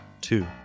Two